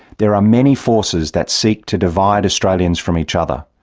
there are many forces that seek to divide australians from each other.